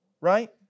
right